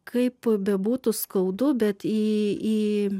kaip bebūtų skaudu bet į į